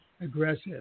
aggressive